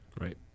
Right